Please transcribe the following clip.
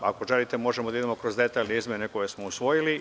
Ako želite, možemo da idemo kroz detaljne izmene koje smo usvojili.